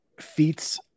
feats